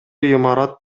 имарат